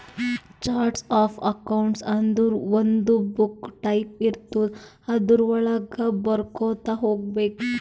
charts of accounts ಅಂದುರ್ ಒಂದು book type ಇರ್ತುದ್ ಅದುರ್ ವಳಾಗ ಬರ್ಕೊತಾ ಹೋಗ್ಬೇಕ್